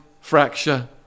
fracture